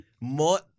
more